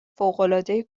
فوقالعاده